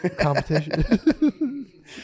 Competition